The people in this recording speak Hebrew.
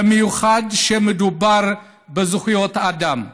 במיוחד כשמדובר בזכויות אדם.